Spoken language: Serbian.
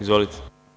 Izvolite.